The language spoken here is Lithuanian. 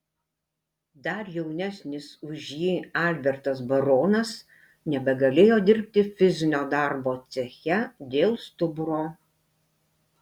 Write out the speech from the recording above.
dar jaunesnis už jį albertas baronas nebegalėjo dirbti fizinio darbo ceche dėl stuburo